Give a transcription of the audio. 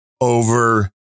over